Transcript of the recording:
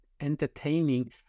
entertaining